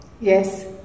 Yes